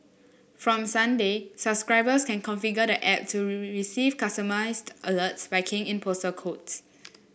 from Sunday subscribers can configure the app to receive customised alerts by keying in postal codes